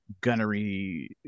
gunnery